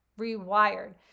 rewired